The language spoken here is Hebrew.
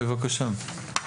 בבקשה.